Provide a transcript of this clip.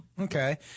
Okay